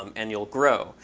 um and you'll grow.